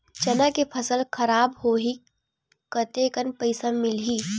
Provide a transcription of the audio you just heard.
चना के फसल खराब होही कतेकन पईसा मिलही?